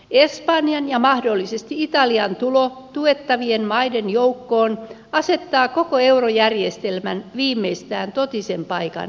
espanjan ja mahdollisesti italian tulo tuettavien maiden joukkoon asettaa koko eurojärjestelmän viimeistään totisen paikan eteen